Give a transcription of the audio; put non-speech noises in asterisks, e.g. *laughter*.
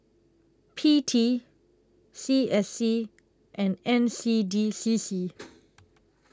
P T C S C and N C D C C *noise*